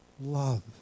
Love